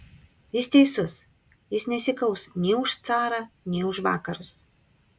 jis teisus jis nesikaus nei už carą nei už vakarus